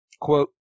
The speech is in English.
Quote